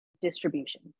distribution